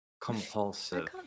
Compulsive